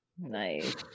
Nice